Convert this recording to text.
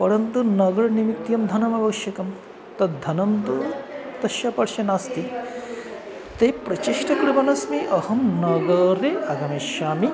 परन्तु नगरनिमित्तं धनम् आवश्यकं तद्धनं तु तस्य पार्श्वे नास्ति ते प्रचेष्टा कुर्वन् अस्मि अहं नगरे आगमिष्यामि